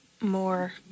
more